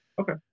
Okay